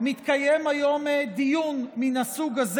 מתקיים היום דיון מן הסוג הזה,